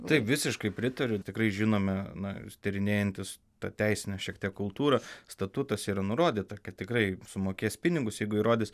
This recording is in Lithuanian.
taip visiškai pritariu tikrai žinome na tyrinėjantis tą teisinę šiek tiek kultūrą statutuose yra nurodyta kad tikrai sumokės pinigus jeigu įrodys